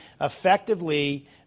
effectively